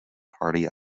party